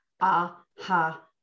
aha